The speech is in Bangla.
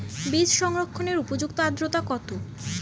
বীজ সংরক্ষণের উপযুক্ত আদ্রতা কত?